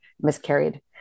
Miscarried